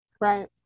Right